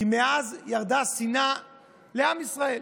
כי מאז ירדה שנאה לעם ישראל.